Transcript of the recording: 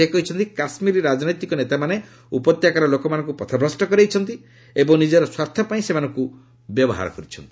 ସେ କହିଛନ୍ତି କାଶ୍ମୀରର ରାଜନୈତିକ ନେତାମାନେ ଉପତ୍ୟକାର ଲୋକମାନଙ୍କୁ ପଥଭ୍ରଷ୍ଟ କରାଇଛନ୍ତି ଏବଂ ନିଜର ସ୍ୱାର୍ଥ ପାଇଁ ସେମାନଙ୍କୁ ବ୍ୟବହାର କରିଛନ୍ତି